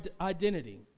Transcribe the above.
identity